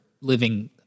living